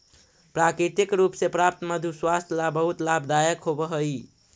प्राकृतिक रूप से प्राप्त मधु स्वास्थ्य ला बहुत लाभदायक होवअ हई